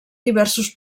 diversos